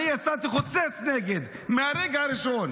אני יצאתי חוצץ נגד, מהרגע הראשון.